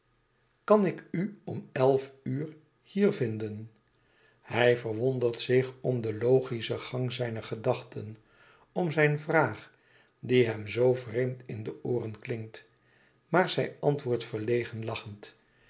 kan ik u om elf uur hier vinden hij verwondert zich om den logischen gang zijner gedachten om zijn vraag die hem zoo vreemd in de ooren klinkt maar zij antwoordt verlegen lachend